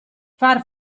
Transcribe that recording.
far